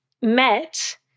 met